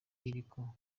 ariko